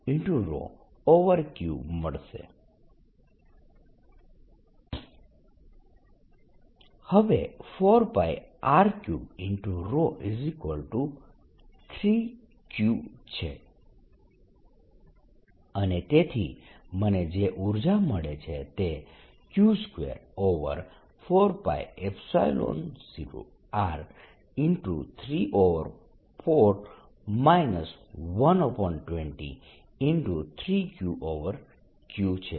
r2 Q24π0R 34 1R2144πR55QQ24π0R 34 14154πR3Q અને તેથી મને જે ઉર્જા મળે છે તે Q24π0R 34 1203QQ છે